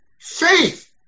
Faith